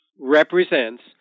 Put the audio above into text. represents